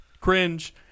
cringe